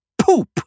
poop